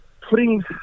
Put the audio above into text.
putting